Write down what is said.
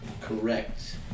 Correct